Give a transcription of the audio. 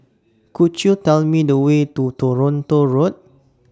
Could YOU Tell Me The Way to Toronto Road